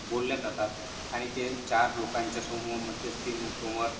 बोलल्या जातात आणि ते चार लोकांच्या समोर मध्यस्थी म समोर